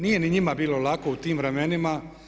Nije ni njima bilo lako u tim vremenima.